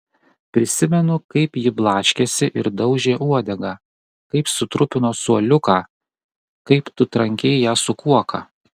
prisimenu kaip ji blaškėsi ir daužė uodegą kaip sutrupino suoliuką kaip tu trankei ją su kuoka